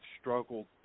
struggled